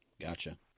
Gotcha